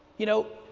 you know,